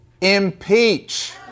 impeach